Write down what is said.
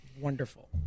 wonderful